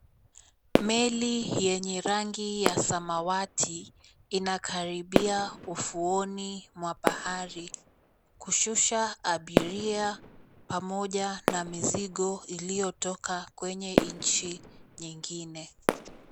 Meli yenye rangi ya samawati inakaribia ufuoni mwa bahari kushusha abiria pamoja na mizigo iliyotoka kwenye nchi nyingine.